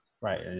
Right